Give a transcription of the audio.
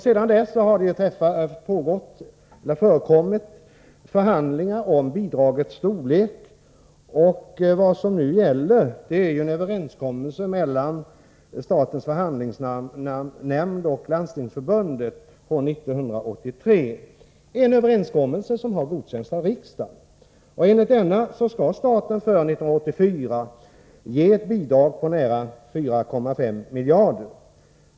Sedan dess har förhandlingar förekommit om bidragets storlek, och vad som nu gäller är en överenskommelse från 1983 mellan statens förhandlingsnämnd och Landstingsförbundet, en överenskommelse som har godkänts av riksdagen. Enligt denna överenskommelse skall staten för 1984 ge ett bidrag på nära 4,5 miljarder kronor.